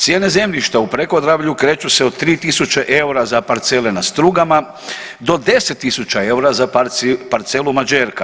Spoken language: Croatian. Cijene zemljišta u Prekodravlju kreću se od 3.000 eura za parcele na Strugama do 10.000 eura za parcelu Mađerka.